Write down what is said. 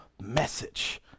message